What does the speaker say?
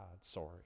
Sorry